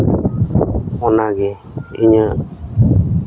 ᱚᱱᱟᱜᱮ ᱤᱧᱟᱹᱜ